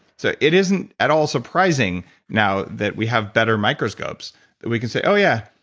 so it isn't at all surprising now that we have better microscopes that we can say, oh yeah,